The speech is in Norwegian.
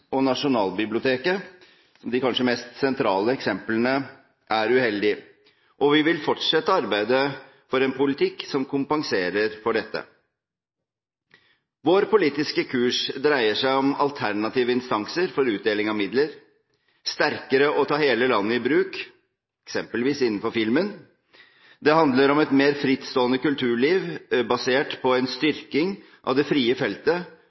og Nasjonalbiblioteket, som de kanskje mest sentrale eksemplene, er uheldig, og vi vil fortsette arbeidet for en politikk som kompenserer for dette. Vår politiske kurs dreier seg om alternative instanser for utdeling av midler, sterkere å ta hele landet i bruk – eksempelvis innenfor filmen. Det handler om et mer frittstående kulturliv basert på en styrking av det frie feltet,